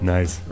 Nice